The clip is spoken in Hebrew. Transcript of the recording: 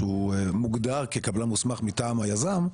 שמוגדר כקבלן מוסמך מטעם היזם,